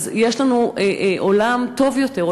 אז יש לנו עולם טוב יותר,